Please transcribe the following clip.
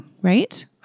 Right